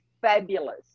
fabulous